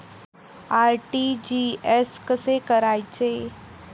RTGS कसे करायचे?